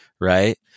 right